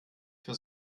für